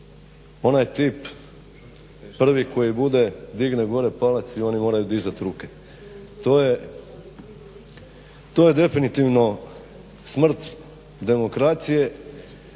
onaj tip prvi koji bude, digne gore palac i oni moraju dizat ruke. To je definitivno smrt demokracije